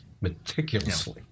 meticulously